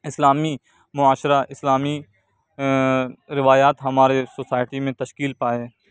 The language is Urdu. اسلامی معاشرہ اسلامی روایات ہمارے سوسائٹی میں تشکیل پائیں